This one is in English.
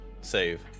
save